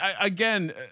again